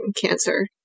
cancer